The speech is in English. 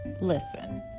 Listen